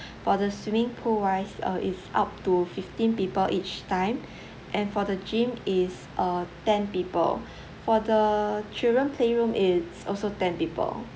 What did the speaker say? for the swimming pool wise uh it's up to fifteen people each time and for the gym it's uh ten people for the children playroom it's also ten people